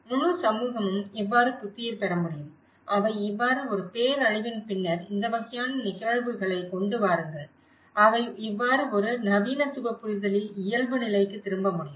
முழு சமூகமும் இவ்வாறு புத்துயிர் பெற முடியும் அவை இவ்வாறு ஒரு பேரழிவின் பின்னர் இந்த வகையான நிகழ்வுகளை கொண்டு வாருங்கள் அவை இவ்வாறு ஒரு நவீனத்துவ புரிதலில் இயல்பு நிலைக்கு திரும்ப முடியும்